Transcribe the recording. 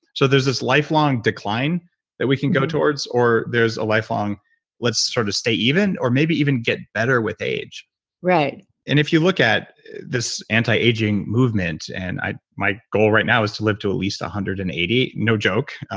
so there's this life-long decline that we can go towards or there's a lifelong let's sort of stay even, or maybe even get better with age right and if you look at this antiaging movement. and my goal right now is to live to at least one ah hundred and eighty, no joke.